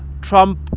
Trump